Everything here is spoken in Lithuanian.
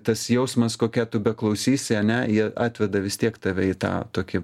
tas jausmas kokią tu beklausysi ane ji atveda vis tiek tave į tą tokį